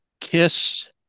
kiss